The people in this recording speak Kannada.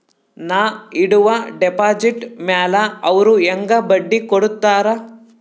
ನಾ ಇಡುವ ಡೆಪಾಜಿಟ್ ಮ್ಯಾಲ ಅವ್ರು ಹೆಂಗ ಬಡ್ಡಿ ಕೊಡುತ್ತಾರ?